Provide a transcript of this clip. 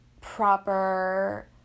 proper